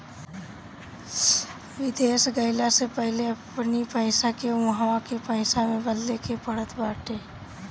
विदेश गईला से पहिले अपनी पईसा के उहवा के पईसा में बदले के पड़त बाटे